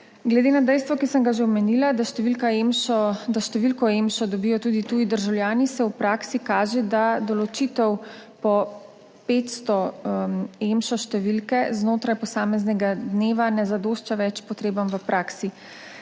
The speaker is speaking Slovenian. Glede na dejstvo, ki sem ga že omenila, da številko EMŠO dobijo tudi tuji državljani, se v praksi kaže, da določitev po 500 EMŠO številk znotraj posameznega dneva ne zadošča več potrebam v praksi.